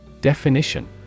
Definition